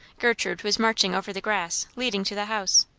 gertrude was marching over the grass, leading to the house.